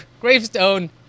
gravestone